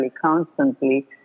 constantly